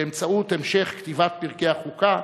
באמצעות המשך כתיבת פרקי החוקה,